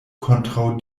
kontraŭ